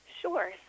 Sure